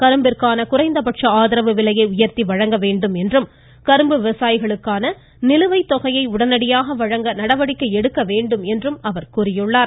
கரும்பிற்கான குறைந்தபட்ச ஆதரவு விலை உயர்த்தி வழங்க வேண்டும் என்றும் கரும்பு விவசாயிகளுக்கான நிலுவைத்தொகையை உடனடியாக வழங்க நடவடிக்கை எடுக்க வேண்டும் என்றும் அவர் கூறியுள்ளார்